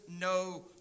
no